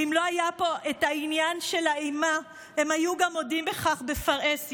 ואם לא היה פה את העניין של האימה הם היו גם מודים בכך בפרהסיה.